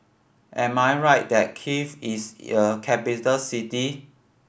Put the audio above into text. am I right that Kiev is a capital city